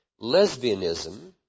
lesbianism